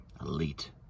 Elite